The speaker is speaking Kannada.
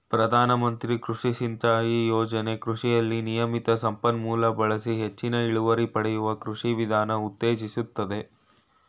ಪ್ರಧಾನಮಂತ್ರಿ ಕೃಷಿ ಸಿಂಚಾಯಿ ಯೋಜನೆ ಕೃಷಿಯಲ್ಲಿ ನಿಯಮಿತ ಸಂಪನ್ಮೂಲ ಬಳಸಿ ಹೆಚ್ಚಿನ ಇಳುವರಿ ಪಡೆಯುವ ಕೃಷಿ ವಿಧಾನ ಉತ್ತೇಜಿಸ್ತದೆ